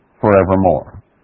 forevermore